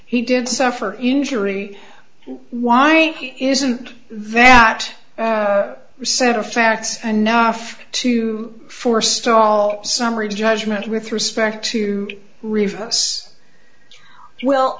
he did suffer injury why isn't that set of facts enough to forestall summary judgment with respect to refocus well